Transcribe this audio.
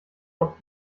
auf